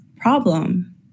problem